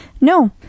no